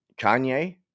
Kanye